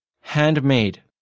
Handmade